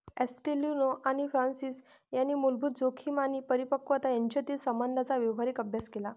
ॲस्टेलिनो आणि फ्रान्सिस यांनी मूलभूत जोखीम आणि परिपक्वता यांच्यातील संबंधांचा व्यावहारिक अभ्यास केला